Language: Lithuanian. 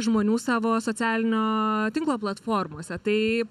žmonių savo socialinio tinklo platformose tai